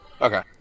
Okay